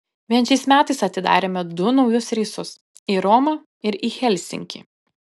vien šiais metais atidarėme du naujus reisus į romą ir į helsinkį